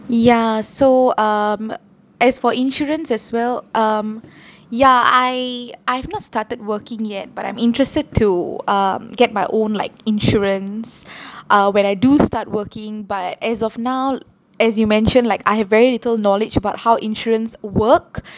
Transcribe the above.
ya so um as for insurance as well um ya I I've not started working yet but I'm interested to um get my own like insurance uh when I do start working but as of now as you mentioned like I have very little knowledge about how insurance work